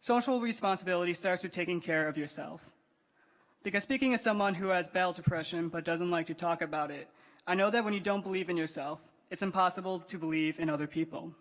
social responsibility starts with taking care of yourself because speaking of someone who has belt depression but doesn't like to talk about it i know that when you don't believe in yourself it's impossible to believe in other people